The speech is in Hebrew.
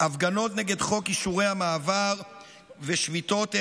הפגנות נגד חוק אישורי המעבר ושביתות היעדרות.